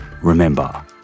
remember